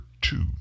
two